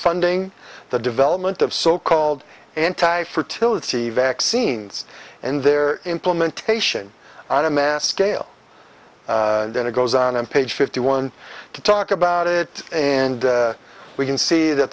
funding the development of so called anti fertility vaccines and their implementation i don't mask ale then it goes on and page fifty one to talk about it and we can see that